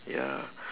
ya